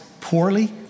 poorly